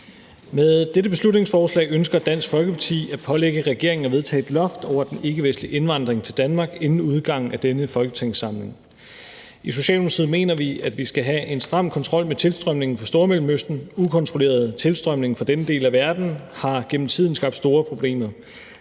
Med dette beslutningsforslag ønsker Dansk Folkeparti at pålægge regeringen at vedtage et loft over den ikkevestlige indvandring til Danmark inden udgangen af denne folketingssamling. I Socialdemokratiet mener vi, at der skal være en stram kontrol med tilstrømningen fra Stormellemøsten. Ukontrolleret tilstrømning fra denne del af verden har gennem tiden skabt store problemer,